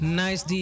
nice